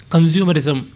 Consumerism